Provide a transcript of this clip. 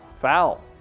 Foul